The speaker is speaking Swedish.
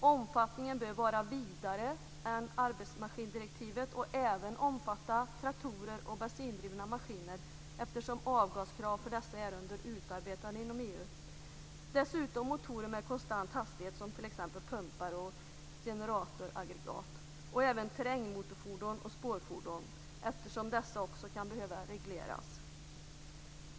Omfattningen bör vara vidare än arbetsmaskindirektivet. Den nya lagen bör även omfatta traktorer och bensindrivna maskiner, eftersom avgaskrav för dessa är under utarbetande inom EU. Dessutom bör den omfatta motorer med konstant hastighet såsom pumpar och generatoraggregat samt terrängfordon och spårfordon. Även dessa kan behöva regleras.